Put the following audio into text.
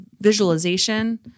visualization